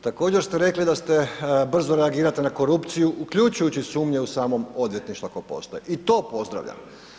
Također ste rekli da brzo reagirate na korupciju uključujući sumnje u samom odvjetništvu ako postoji i to pozdravljam.